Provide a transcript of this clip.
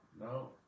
no